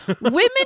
women